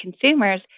consumers